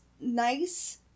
nice